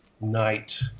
night